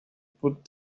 put